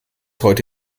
heute